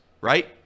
right